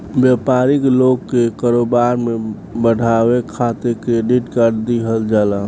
व्यापारी लोग के कारोबार के बढ़ावे खातिर क्रेडिट कार्ड दिहल जाला